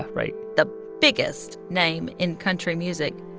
right. the biggest name in country music.